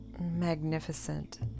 magnificent